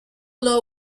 lau